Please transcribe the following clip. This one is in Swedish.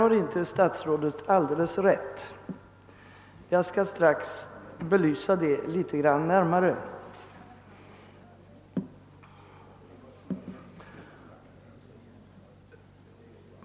Där har statsrådet inte alldeles rätt — jag skall strax belysa det litet närmare.